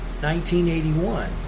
1981